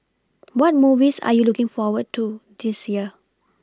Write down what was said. what movies are you looking forward to this year